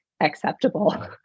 acceptable